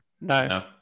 No